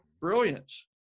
brilliance